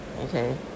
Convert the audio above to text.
okay